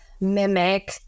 mimic